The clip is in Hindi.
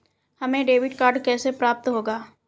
हमें डेबिट कार्ड कैसे प्राप्त होगा?